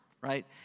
Right